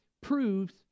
proves